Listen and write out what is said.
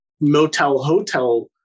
motel-hotel